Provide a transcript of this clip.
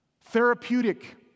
therapeutic